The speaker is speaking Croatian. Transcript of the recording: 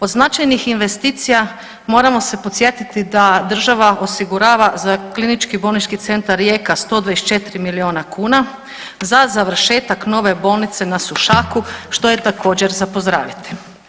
Od značajnih investicija moramo se podsjetiti da država osigurava za Klinički bolnički centar Rijeka 124 milijuna kuna, za završetak nove bolnice na Sušaku što je također za pozdraviti.